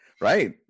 right